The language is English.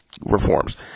reforms